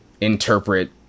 interpret